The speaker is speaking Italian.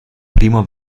primo